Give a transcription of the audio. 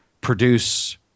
produce